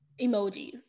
emojis